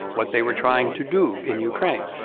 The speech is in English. what they were trying to do in ukraine.